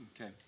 Okay